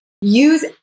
Use